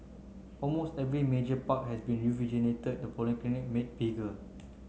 almost every major park has been rejuvenated the polyclinic made bigger